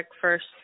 first